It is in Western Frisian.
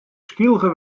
skylge